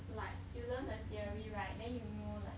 like you learn the theory right then you know like